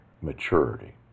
maturity